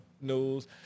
news